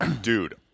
dude